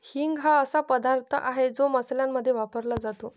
हिंग हा असा पदार्थ आहे जो मसाल्यांमध्ये वापरला जातो